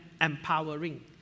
empowering